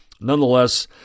nonetheless